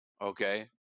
okay